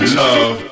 love